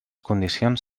condicions